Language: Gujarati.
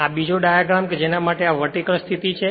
આ આ બીજો ડાયગ્રામ કે જેના માટે આ માટે વર્ટીકલ સ્થિતિ છે